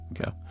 Okay